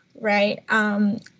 right